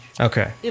Okay